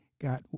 got